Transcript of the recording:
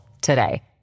today